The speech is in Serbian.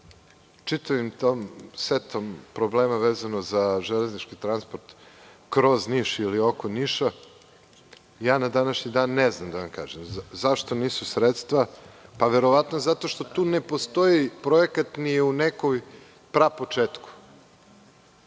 čitavim tim setom problema vezano za železnički transport kroz Niš ili oko Niša? Ja na današnji dan ne znam da vam kažem. Zašto nisu sredstva? Verovatno zato što tu ne postoji projekat ni u nekom pra početku.U